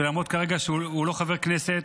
שלמרות שכרגע הוא לא חבר כנסת,